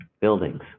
buildings